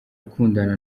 ukundana